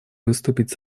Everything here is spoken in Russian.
выступить